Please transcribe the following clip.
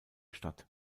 statt